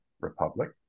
republic